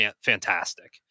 fantastic